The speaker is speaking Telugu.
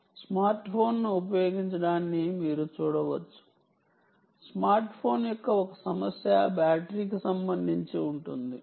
స్మార్ట్ ఫోన్ను ఉపయోగించడాన్ని మీరు చూడవచ్చు స్మార్ట్ ఫోన్ యొక్క ఒక సమస్య బ్యాటరీకి సంబంధించి ఉంటుంది